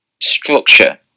structure